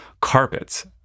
Carpets